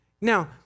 Now